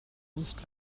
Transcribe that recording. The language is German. nicht